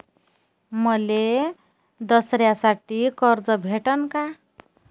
मले दसऱ्यासाठी कर्ज भेटन का?